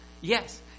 yes